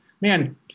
man